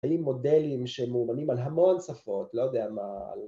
‫היו מודלים שמאומנים על המון שפות, ‫לא יודע מה על...